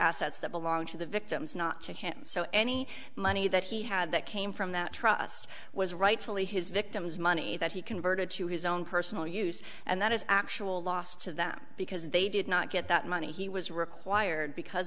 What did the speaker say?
assets that belonged to the victims not to him so any money that he had that came from that trust was rightfully his victim's money that he converted to his own personal use and that is actually lost to them because they did not get that money he was required because